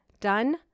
Done